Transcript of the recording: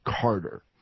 Carter